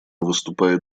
выступает